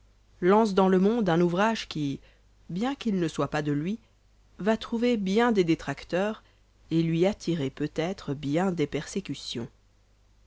lance dans le monde un ouvrage qui bien qu'il ne soit pas de lui va trouver bien des détracteurs et lui attirer peut-être bien des persécutions